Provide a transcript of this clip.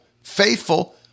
faithful